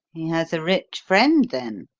he has a rich friend, then?